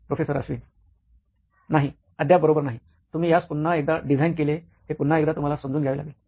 professor Ashwin नाही अद्याप बरोबर नाही तुम्ही यास पुन्हा एकदा डिझाइन केले हे पुन्हा एकदा तुम्हाला समजून घ्यावे लागेल